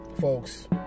folks